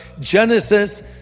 Genesis